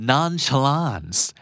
Nonchalance